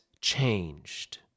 changed